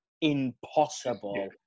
impossible